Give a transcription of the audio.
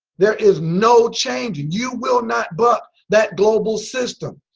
there is no changing. you will not buck that global system.